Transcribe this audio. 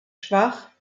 schwach